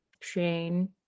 Shane